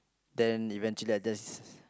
then eventually I just